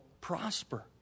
prosper